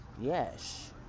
Yes